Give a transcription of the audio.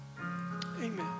amen